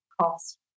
cost